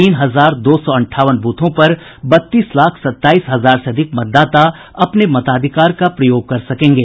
तीन हजार दो सौ अंठावन बूथों पर बत्तीस लाख सताईस हजार से अधिक मतदाता अपने मताधिकार का प्रयोग कर सकेंगे